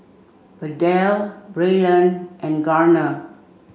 Adell Braylen and Garner